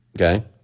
Okay